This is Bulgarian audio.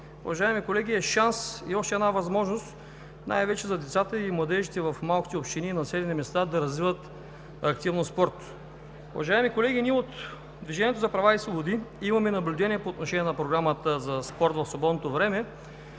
уважаеми колеги, е шанс и още една възможност най-вече за децата и младежите в малките общини и населени места да развиват активен спорт. Уважаеми колеги, от „Движението за права и свободи“ имаме наблюдение по отношение на Програмата за спорт в свободното време.